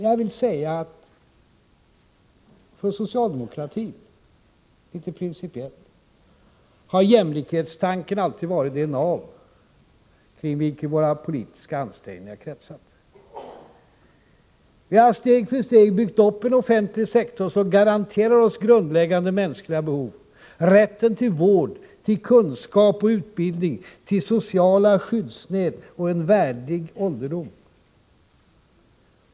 Jag vill principiellt säga att från socialdemokratins sida har jämlikhetstanken alltid varit det nav kring vilket våra politiska ansträngningar kretsat. Vi har steg för steg byggt upp en offentlig sektor som garanterar täckning av grundläggande mänskliga behov: rätten till vård, till kunskap och utbildning, till sociala skyddsnät och till en värdig ålderdom.